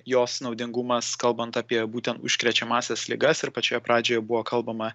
jos naudingumas kalbant apie būtent užkrečiamąsias ligas ir pačioje pradžioje buvo kalbama